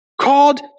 called